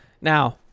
Now